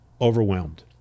overwhelmed